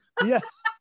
Yes